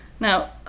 Now